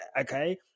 Okay